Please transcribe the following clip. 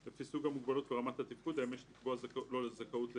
לפי סוג המוגבלות ורמת התפקוד האם יש לקבוע לו זכאות לליווי".